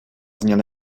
zněl